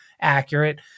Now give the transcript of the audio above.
accurate